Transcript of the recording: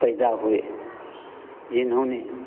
पैदा हुए जिन्होंने